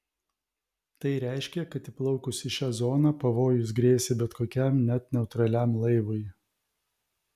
tai reiškė kad įplaukus į šią zoną pavojus grėsė bet kokiam net neutraliam laivui